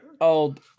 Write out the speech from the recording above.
old